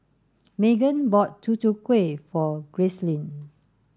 Maegan bought Tutu Kueh for Gracelyn